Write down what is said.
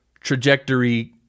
trajectory